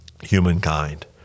humankind